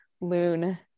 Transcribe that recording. Loon